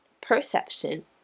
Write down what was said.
Perception